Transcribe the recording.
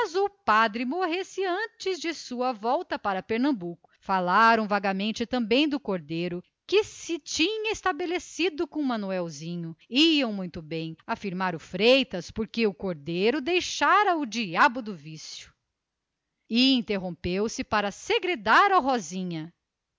caso este morresse antes da sua volta para pernambuco falaram também do cordeiro que se tinha estabelecido com manuelzinho o freitas afirmava que iam muito bem porque o bento cordeiro deixara o diabo do vício é interrompeu-se para segredar ao outro